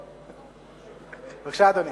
חוק ההסדרים).